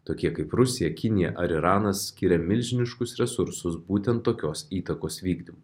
tokie kaip rusija kinija ar iranas skiria milžiniškus resursus būtent tokios įtakos vykdymui